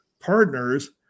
partners